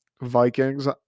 vikings